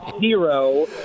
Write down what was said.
zero